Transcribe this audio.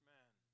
man